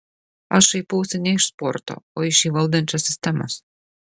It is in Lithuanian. aš šaipausi ne iš sporto o iš jį valdančios sistemos